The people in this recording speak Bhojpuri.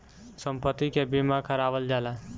सम्पति के बीमा करावल जाला